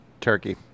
Turkey